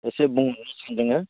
एसे बुंनो सानदोङो